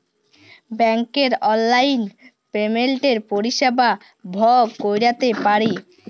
ব্যাংকের অললাইল পেমেল্টের পরিষেবা ভগ ক্যইরতে পারি